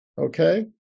Okay